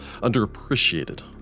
underappreciated